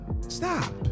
Stop